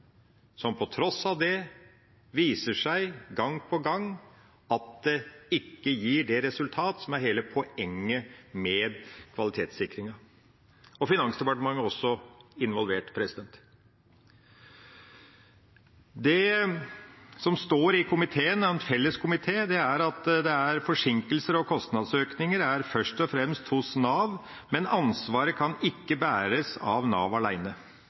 gang på gang viser seg ikke å gi det resultat som er hele poenget med kvalitetssikringa – og Finansdepartementet er også involvert. Det som står i innstillinga, og som komiteen er felles om, er at ansvaret for at det er forsinkelser og kostnadsøkninger først og fremst er hos Nav, men ansvaret kan ikke bæres av Nav